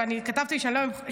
ואני כתבתי כדי שאני לא אשכח,